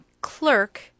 clerk